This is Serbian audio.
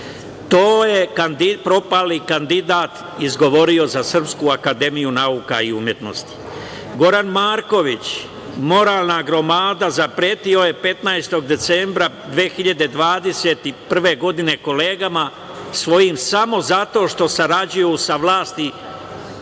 To je propali kandidat izgovorio za SANU.Goran Marković, moralna gromada, zapretio je 15. decembra 2021. godine kolegama svojim samo zato što sarađuju sa vlasti